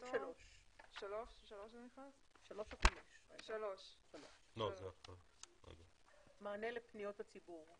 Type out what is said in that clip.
סעיף 3. פרסום ומענה לפניות הציבור.